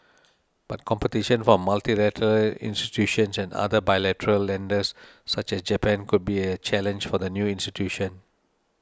but competition from multilateral institutions and other bilateral lenders such as Japan could be challenge for the new institution